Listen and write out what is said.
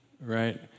right